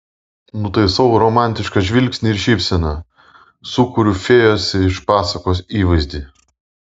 nutaisau romantišką žvilgsnį ir šypseną sukuriu fėjos iš pasakos įvaizdį